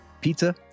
Pizza